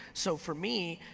so for me,